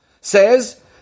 says